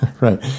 Right